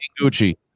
Gucci